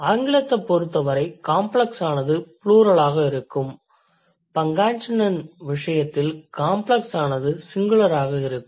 ஆங்கிலத்தைப் பொறுத்தவரை காம்ப்ளக்ஸானது ப்ளூரலாக இருக்கும் Pangasinan விசயத்தில் காம்ப்ளக்ஸானது சிங்குலராக இருக்கும்